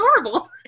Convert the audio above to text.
adorable